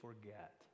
forget